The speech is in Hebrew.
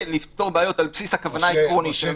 לפתור בעיות על בסיס הכוונה העקרונית.